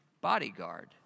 bodyguard